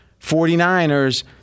49ers